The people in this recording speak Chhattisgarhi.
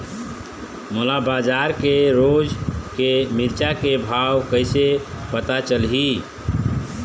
मोला बजार के रोज के मिरचा के भाव कइसे पता चलही?